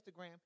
Instagram